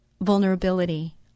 vulnerability